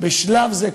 בשלב זה,